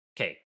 okay